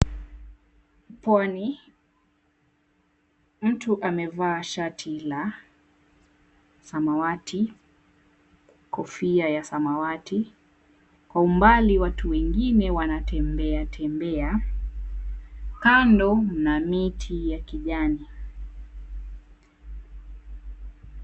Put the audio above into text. Pwani, mtu amevaa shati la samawati, kofia ya samawati. Kwa umbali watu wengine wanatembeatembea kando munamiti ya kijani.